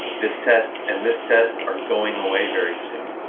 this test and this test are going away very soon,